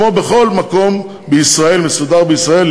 כמו בכל מקום מסודר בישראל,